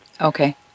Okay